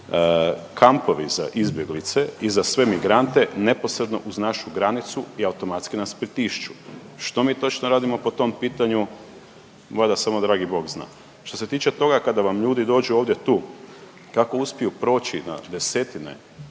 kampovi za izbjeglice i za sve migrante neposredno uz našu granicu i automatski nas pritišću. Što mi točno radimo po tom pitanju, valjda samo dragi Bog zna. Što se tiče toga kada vam ljudi dođu ovdje tu, kako uspiju proći na desetine